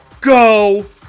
Go